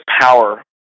Power